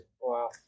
Wow